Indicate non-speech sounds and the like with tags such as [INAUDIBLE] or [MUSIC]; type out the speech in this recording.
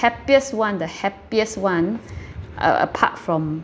happiest one the happiest one [BREATH] uh apart from